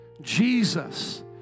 Jesus